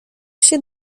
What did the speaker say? się